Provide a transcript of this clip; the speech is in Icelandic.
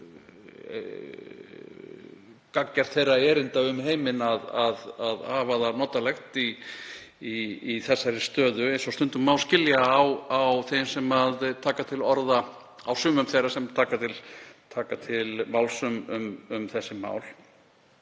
gagngert þeirra erinda um heiminn að hafa það notalegt í þessari stöðu eins og stundum má skilja á sumum þeirra sem taka til máls um þessi mál,